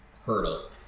hurdle